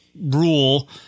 rule